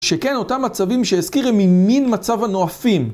שכן אותם מצבים שהזכיר הם ממין מצב הנואפים.